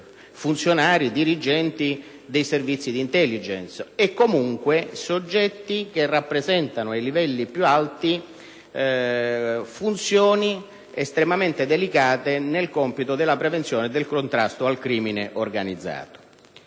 funzionari e dirigenti dei Servizi di *intelligence*, e comunque soggetti che rappresentano ai livelli più alti funzioni estremamente delicate nel compito della prevenzione e del contrasto al crimine organizzato.